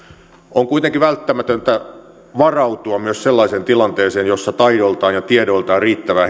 on kuitenkin välttämätöntä varautua myös sellaiseen tilanteeseen jossa taidoiltaan ja tiedoiltaan riittävää